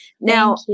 Now